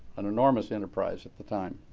an enormous enterprise at the time.